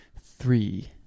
Three